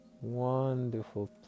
wonderful